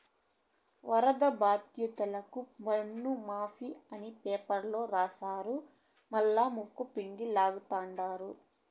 వరద బాధితులకి పన్నుమాఫీ అని పేపర్ల రాస్తారు మల్లా ముక్కుపిండి లాగతండారు